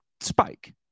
spike